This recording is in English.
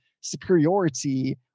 superiority